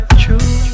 true